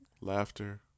laughter